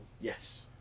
yes